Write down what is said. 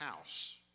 house